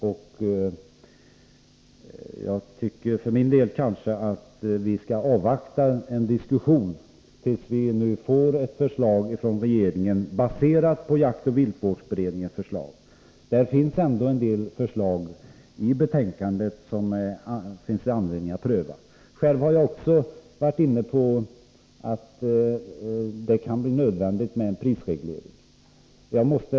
Men jag tycker att vi skall vänta med diskussionen om det tills vi får ett förslag från regeringen, baserat på jaktoch viltvårdsberedningens förslag. I dess betänkande finns en del förslag som det är anledning att pröva. Själv har jag också varit inne på att det kan bli nödvändigt med en prisreglering.